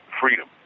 freedom